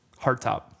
Hardtop